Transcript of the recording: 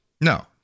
No